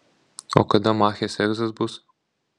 o kada machės egzas bus